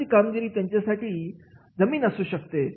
चालू ची कामगिरी त्याच्यासाठी जमीन असू शकते